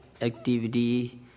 activity